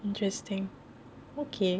interesting okay